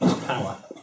power